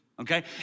okay